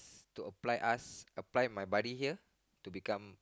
to apply us apply my buddy here to become